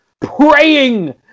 praying